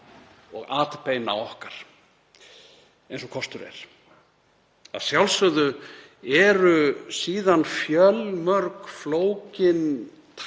og atbeina okkar eins og kostur er. Að sjálfsögðu eru síðan fjölmörg flókin